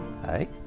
Hi